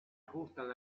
ajustan